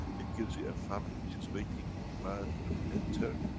it gives you a family which is waiting for man to enter,